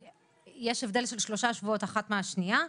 יש הבדל של שלושה שבועות אחת מהשנייה,